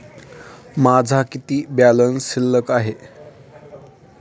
माझा किती बॅलन्स शिल्लक आहे?